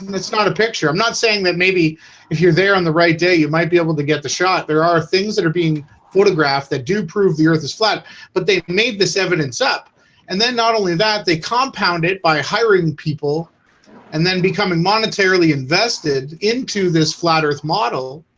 and it's not a picture i'm not saying that maybe if you're there on the right day, you might be able to get the shot there are things that are being photographed that do prove. the earth is flat but they've made this evidence up and then not only that they compound it by hiring people and then becoming monetarily invested into this flat earth model